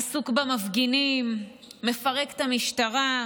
עסוק במפגינים, מפרק את המשטרה.